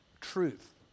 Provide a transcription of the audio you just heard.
truth